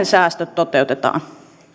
säästöt toteutetaan